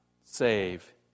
save